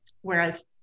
whereas